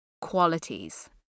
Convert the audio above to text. qualities